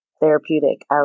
therapeutic